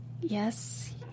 Yes